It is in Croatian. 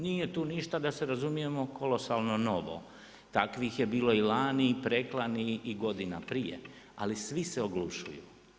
Nije tu ništa da se razumijemo kolosalno novo, takvih je bilo i lani i preklani i godina prije, ali svi se oglušuju.